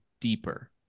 deeper